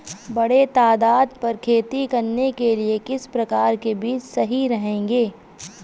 बड़े तादाद पर खेती करने के लिए किस प्रकार के बीज सही रहेंगे?